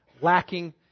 lacking